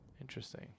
Interesting